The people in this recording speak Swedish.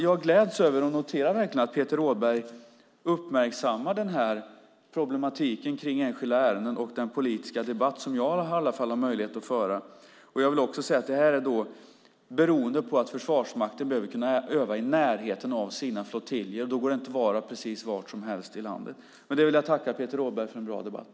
Jag gläds över och noterar verkligen att Peter Rådberg uppmärksammar den här problematiken i enskilda ärenden och den politiska debatt som jag har möjlighet att föra. Det här beror på att Försvarsmakten behöver kunna öva i närheten av sina flottiljer, och då går det inte att vara precis var som helst i landet. Med det vill jag tacka Peter Rådberg för bra debatt.